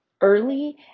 early